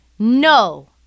No